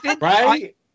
Right